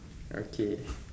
okay